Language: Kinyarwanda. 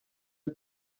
iyo